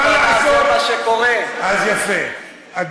מה לעשות, כשאין הבנה, זה מה שקורה.